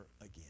again